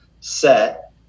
set